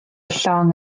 llong